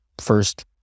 first